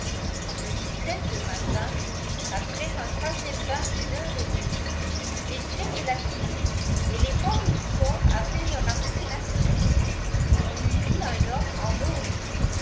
le au matin après un troisième bain d'une heure et demie les traits de la figure et les formes du corps avaient leur aspect naturel on eût dit un homme endormi